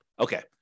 Okay